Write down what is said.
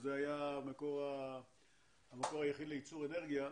כשזה היה המקור היחיד לייצור אנרגיה,